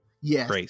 yes